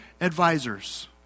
advisors